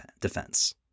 defense